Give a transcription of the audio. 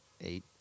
eight